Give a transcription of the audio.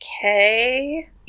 okay